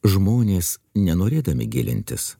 žmonės nenorėdami gilintis